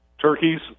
turkeys